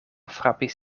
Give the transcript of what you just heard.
frapis